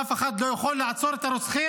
אף אחד לא יכול לעצור את הרוצחים,